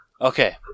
Okay